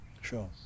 Sure